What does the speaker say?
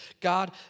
God